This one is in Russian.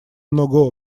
много